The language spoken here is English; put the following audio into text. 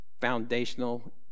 foundational